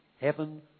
heaven